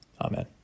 Amen